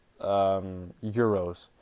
Euros